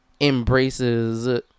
embraces